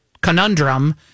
conundrum